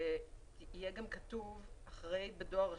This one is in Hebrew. שיהיה כתוב אחרי "בדואר רשום",